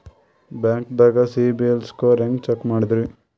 ಬ್ಯಾಂಕ್ದಾಗ CIBIL score ಹೆಂಗ್ check ಮಾಡದ್ರಿ?